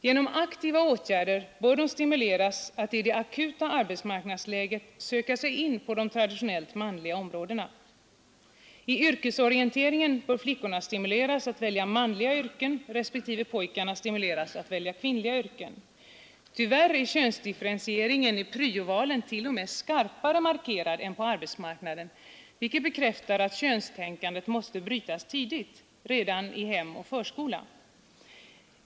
Genom aktiva åtgärder bör de stimuleras att i det akuta arbetsmarknadsläget söka sig in på de traditionellt manliga områdena. I yrkesorienteringen bör flickorna stimuleras att välja manliga yrken respektive pojkarna stimuleras att välja kvinnliga yrken. Tyvärr är könsdifferentieringen i pryovalen till och med skarpare markerad än på arbetsmarknaden, vilket bekräftar att könstänkandet måste brytas tidigt, redan i hemoch förskola.